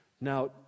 Now